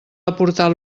aportar